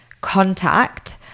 contact